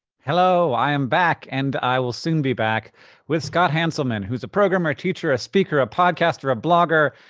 hello, i am back. and i will soon be back with scott hanselman, who is a programmer, a teacher, a speaker, a podcaster, a blogger,